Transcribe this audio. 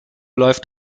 läuft